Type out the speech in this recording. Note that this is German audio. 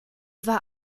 war